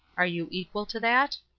are you equal to that?